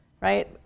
right